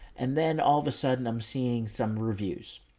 and then all of a sudden i'm seeing some reviews.